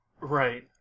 Right